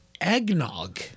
Eggnog